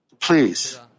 Please